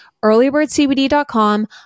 earlybirdcbd.com